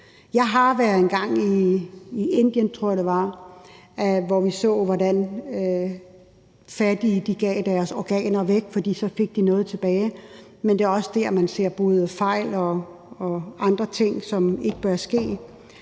jeg, det var, hvor vi så, at fattige gav deres organer væk, for så fik de noget tilbage, men det er også der, man ser både fejl og andre ting, som ikke bør ske,